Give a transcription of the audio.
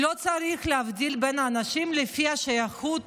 לא צריך להבדיל בין אנשים לפי השייכות